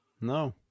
No